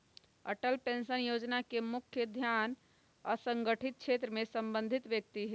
Atal pension Yojana के मुख्य ध्यान असंगठित क्षेत्र से संबंधित व्यक्ति हइ